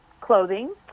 clothing